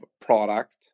product